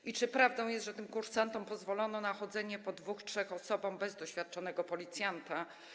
I czy prawdą jest, że tym kursantom pozwolono na chodzenie po dwie, trzy osoby bez doświadczonego policjanta?